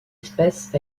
espèce